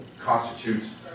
constitutes